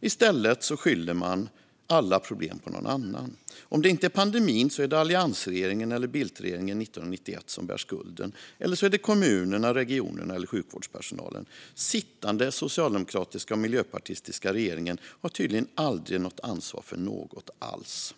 I stället skyller man alla problem på någon annan. Om det inte är pandemin är det alliansregeringen eller Bildtregeringen 1991 som bär skulden - eller kommunerna, regionerna eller sjukvårdspersonalen. Den sittande socialdemokratiska och miljöpartistiska regeringen har tydligen aldrig ansvar för något alls.